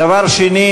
דבר שני